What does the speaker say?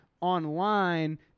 online